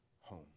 home